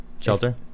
Shelter